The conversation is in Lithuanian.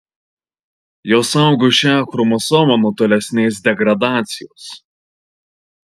jos saugo šią chromosomą nuo tolesnės degradacijos